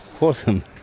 Awesome